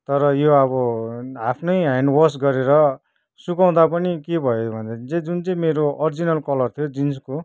तर यो अब आफ्नै ह्यान्डवस गरेर सुकाउँदा पनि के भयो भने जुन चाहिँ मेरो अरिजिनल कलर थियो जिन्सको